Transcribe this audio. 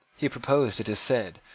he proposed, it is said,